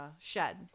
shed